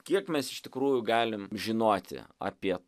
kiek mes iš tikrųjų galim žinoti apie